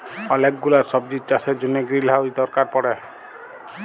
ওলেক গুলা সবজির চাষের জনহ গ্রিলহাউজ দরকার পড়ে